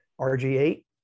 RG8